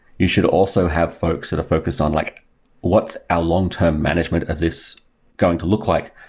you should also have folks that are focused on like what's our long-term management of this going to look like,